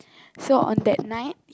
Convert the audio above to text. so on that night